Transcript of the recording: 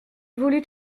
voulut